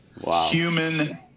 Human